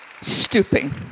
stooping